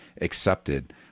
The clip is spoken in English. accepted